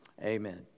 Amen